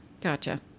gotcha